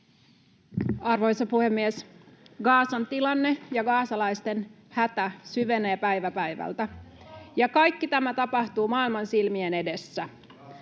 Arvoisa puhemies! Gazan tilanne ja gazalaisten hätä syvenee päivä päivältä, ja kaikki tämä tapahtuu maailman silmien edessä.